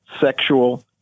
sexual